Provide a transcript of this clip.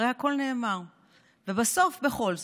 הרי הכול נאמר, ובסוף, בכל זאת,